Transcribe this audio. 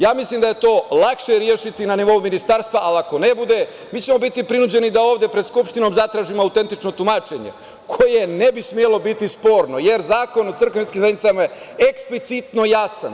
Ja mislim da je to lakše rešiti na nivou ministarstva, ali, ako ne bude, mi ćemo biti prinuđeni da ovde pred Skupštinom zatražimo autentično tumačenje, koje ne bi smelo biti sporno, jer Zakon o crkvama i verskim zajednicama je eksplicitno jasan.